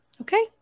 okay